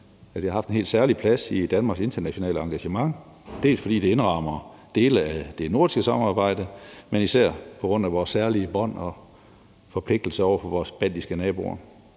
at det har haft en helt særlig plads i Danmarks internationale engagement, dels fordi det indrammer dele af det nordiske samarbejde, men især på grund af vores særlige bånd og forpligtelser over for vores baltiske naboer.